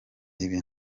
ibi